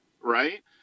right